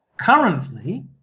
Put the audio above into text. Currently